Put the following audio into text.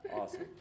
Awesome